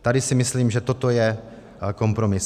Tady si myslím, že toto je kompromis.